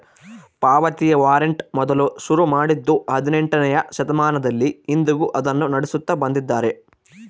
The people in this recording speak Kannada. ಪಾವತಿಯ ವಾರಂಟ್ ಮೊದಲು ಶುರು ಮಾಡಿದ್ದೂ ಹದಿನೆಂಟನೆಯ ಶತಮಾನದಲ್ಲಿ, ಇಂದಿಗೂ ಅದನ್ನು ನಡೆಸುತ್ತ ಬಂದಿದ್ದಾರೆ